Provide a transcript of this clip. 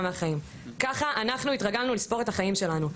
מהחיים.״ ככה אנחנו התרגלנו לספור את החיים שלנו,